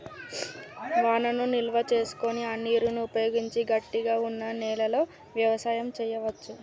వానను నిల్వ చేసుకొని ఆ నీరును ఉపయోగించి గట్టిగ వున్నా నెలలో వ్యవసాయం చెయ్యవచు